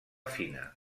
fina